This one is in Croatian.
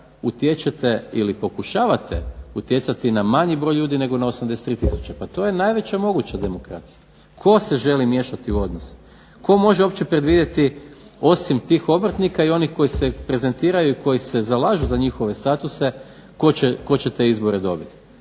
kada utječete ili pokušavate utjecati na manji broj ljudi nego na 83 tisuće, pa to je najveća moguća demokracija. Tko se želi miješati u odnose? Tko može uopće predvidjeti osim tih obrtnika i onih koji se prezentiraju i koji se zalažu za njihove statuse tko će te izbore dobiti?